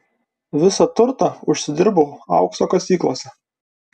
visą turtą užsidirbau aukso kasyklose